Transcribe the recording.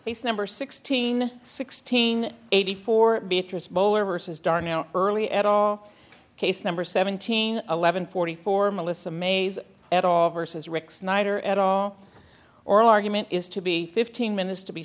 case number sixteen sixteen eighty four beatrice bowler versus darnell early at all case number seventeen eleven forty four melissa mays at all versus rick snyder at all oral argument is to be fifteen minutes to be